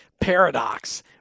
Paradox